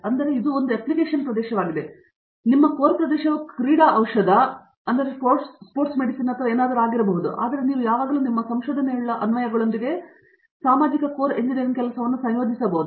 ಆದ್ದರಿಂದ ಇದು ಒಂದು ಅಪ್ಲಿಕೇಶನ್ ಪ್ರದೇಶವಾಗಿದೆ ನಿಮ್ಮ ಕೋರ್ ಪ್ರದೇಶವು ಕ್ರೀಡಾ ಔಷಧ ಅಥವಾ ಏನಾದರೂ ಆಗಿರಬಹುದು ಆದರೆ ನೀವು ಯಾವಾಗಲೂ ನಿಮ್ಮ ಸಂಶೋಧನೆಯುಳ್ಳ ಅನ್ವಯಗಳೊಂದಿಗೆ ಸಾಮಾಜಿಕ ಕೋರ್ ಎಂಜಿನಿಯರಿಂಗ್ ಕೆಲಸವನ್ನು ಸಂಯೋಜಿಸಬಹುದು